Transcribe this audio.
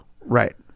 right